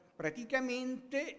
praticamente